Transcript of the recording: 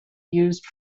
used